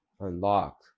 unlock